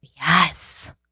Yes